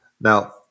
Now